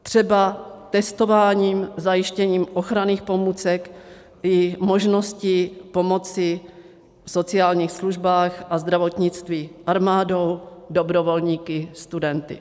Třeba testováním, zajištěním ochranných pomůcek i možností pomoci v sociálních službách a zdravotnictví armádou, dobrovolníky, studenty.